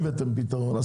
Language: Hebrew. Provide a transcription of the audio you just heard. לא הבאתם פתרון,